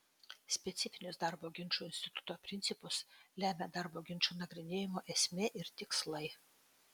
specifinius darbo ginčų instituto principus lemia darbo ginčų nagrinėjimo esmė ir tikslai